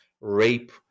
rape